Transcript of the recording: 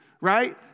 right